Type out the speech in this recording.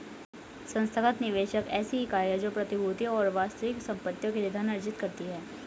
संस्थागत निवेशक ऐसी इकाई है जो प्रतिभूतियों और वास्तविक संपत्तियों के लिए धन अर्जित करती है